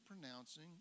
pronouncing